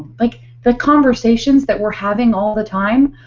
like the conversations that we're having all the time.